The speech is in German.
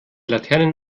laternen